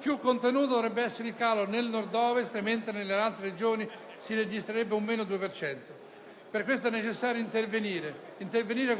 Più contenuto dovrebbe essere il calo nel Nord-Ovest, mentre nelle altre Regioni si registrerebbe un calo pari al 2 per cento. Per questo è necessario intervenire, intervenire